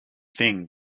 thing